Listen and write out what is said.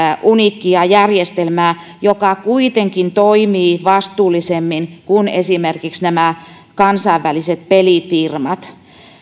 uniikkia järjestelmää joka kuitenkin toimii vastuullisemmin kuin esimerkiksi kansainväliset pelifirmat myös